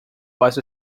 was